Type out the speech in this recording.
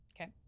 Okay